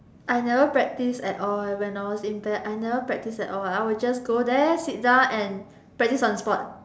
I never practice at all when I was in band I never practice at all I will just go there sit down and practice on the spot